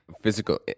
Physical